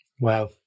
Wow